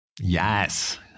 yes